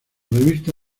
revista